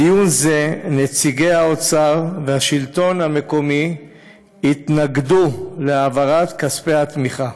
בדיון זה נציגי האוצר והשלטון המקומי התנגדו להעברת כספי התמיכה.